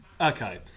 Okay